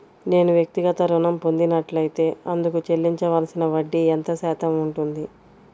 నేను వ్యక్తిగత ఋణం పొందినట్లైతే అందుకు చెల్లించవలసిన వడ్డీ ఎంత శాతం ఉంటుంది?